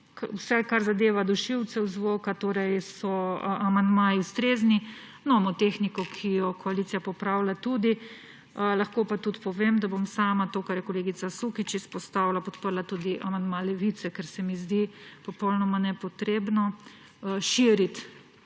Kar zadeva dušilce zvoka, so amandmaji ustrezni, nomotehniko, ki jo koalicija popravlja, tudi, lahko pa tudi povem, da bom sama, kar je kolega Sukič izpostavila, podprla tudi amandma Levice, ker se mi zdi popolnoma nepotrebno širiti